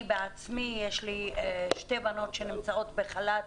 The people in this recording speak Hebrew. בעצמי יש לי שתי בנות שנמצאות בחל"ת